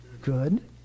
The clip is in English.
Good